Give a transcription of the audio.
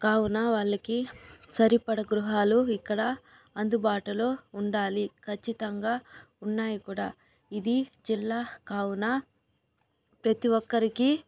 కావున వాళ్లకి సరిపడ గృహాలు ఇక్కడ అందుబాటులో ఉండాలి ఖచ్చితంగా ఉన్నాయి కూడా ఇది జిల్లా కావున ప్రతి ఒక్కరికి